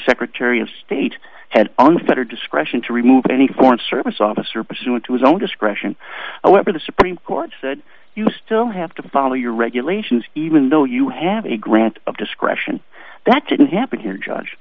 secretary of state had unfettered discretion to remove any foreign service officer pursuant to his own discretion however the supreme court said you still have to follow your regulations even though you have a grant of discretion that didn't happen here judge